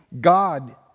God